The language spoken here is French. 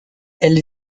elle